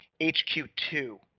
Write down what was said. HQ2